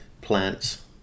plants